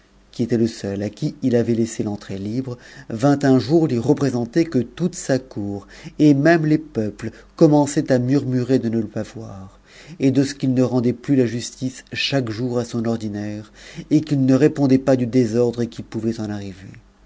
qui était le seul à qui il avait laissé l'entrée libre vint un jour lui représenter que toute sa cour et même les peuples commençaient à murmurer de ne le pas voir et de ce qu'il ne rendait plus la justice chaque jour à son ordinaire et qu'il ne répondait pas du désordre i pouvait en arriver